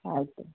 ಆಯ್ತು